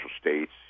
States